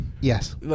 Yes